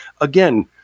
again